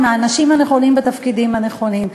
עם האנשים הנכונים בתפקידים הנכונים?